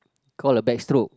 call a backstroke